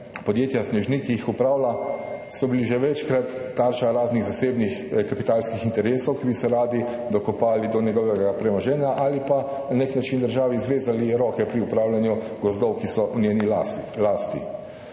podjetja Snežnik, ki jih upravlja, so bili že večkrat tarča raznih zasebnih kapitalskih interesov, ki bi se radi dokopali do njegovega premoženja ali pa na nek način državi zvezali roke pri upravljanju gozdov, ki so v njeni lasti.